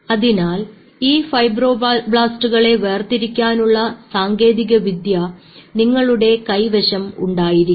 അതിനാൽ ഈ ഫൈബ്രോബ്ലാസ്റ്റുകളെ വേർതിരിച്ചെടുക്കാനുള്ള സാങ്കേതികവിദ്യ നിങ്ങളുടെ കൈവശം ഉണ്ടായിരിക്കണം